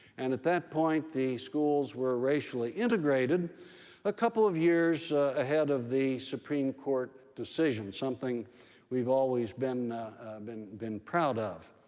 and at that point, the schools were racially integrated a couple of years ahead of the supreme court decision, something we've always been been proud of.